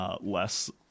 Less